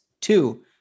Two